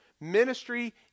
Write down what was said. Ministry